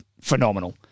phenomenal